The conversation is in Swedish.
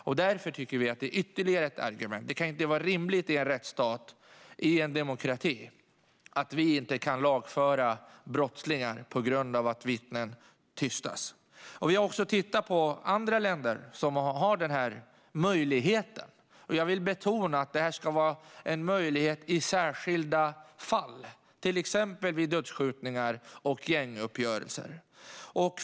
Vi tycker att det är ytterligare ett argument, för det kan ju inte vara rimligt i en rättsstat, i en demokrati, att vi inte kan lagföra brottslingar på grund av att vittnen tystas. Vi har också tittat på andra länder som har den här möjligheten, och jag vill betona att detta ska vara en möjlighet i särskilda fall, till exempel vid dödsskjutningar och gänguppgörelser.